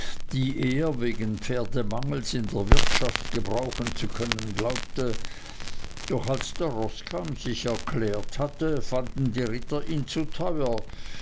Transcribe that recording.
die er wegen pferdemangels in der wirtschaft gebrauchen zu können glaubte doch als der roßkamm sich erklärt hatte fanden die ritter ihn zu teuer